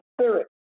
spirit